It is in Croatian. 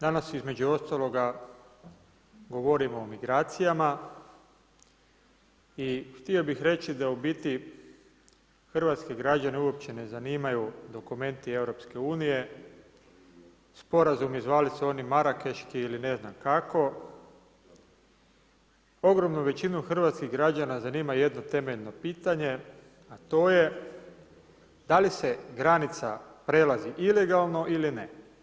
Danas između ostaloga govorimo o migracijama i htio bih reći da u biti hrvatske građane uopće ne zanimaju dokumenti EU, sporazumi zvali se oni marakeški ili ne znam kako, ogromnu većinu hrvatskih građana zanima jedno temeljno pitanje a to je da li se granica prelazi ilegalno ili ne.